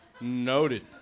Noted